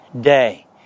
day